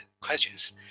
questions